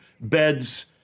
beds